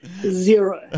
zero